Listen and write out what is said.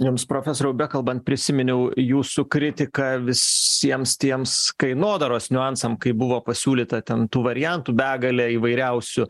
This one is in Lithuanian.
jums profesoriau bekalbant prisiminiau jūsų kritiką visiems tiems kainodaros niuansam kai buvo pasiūlyta ten tų variantų begalė įvairiausių